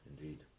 indeed